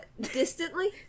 distantly